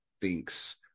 thinks